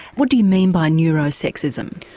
what do you mean by neuro-sexism?